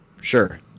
Sure